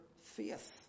faith